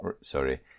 sorry